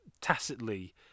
tacitly